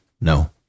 no